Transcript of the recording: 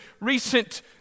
recent